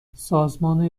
سازمان